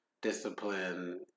discipline